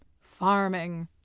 farming